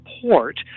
support